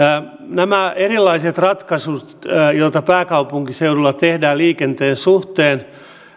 nämä erilaiset ratkaisut joita pääkaupunkiseudulla tehdään liikenteen suhteen